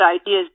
ideas